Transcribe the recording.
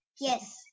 Yes